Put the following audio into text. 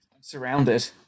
surrounded